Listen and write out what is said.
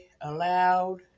aloud